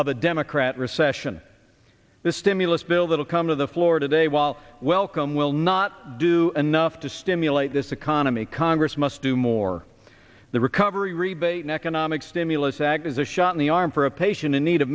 of a democrat recession the stimulus bill that will come to the floor today while welcome will not do enough to stimulate this economy congress must do more the recovery rebate economic stimulus act is a shot in the arm for a patient in need of